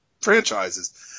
franchises